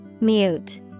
Mute